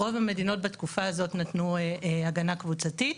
ורוב המדינות בתקופה הזאת נתנו הגנה קבוצתית,